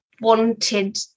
wanted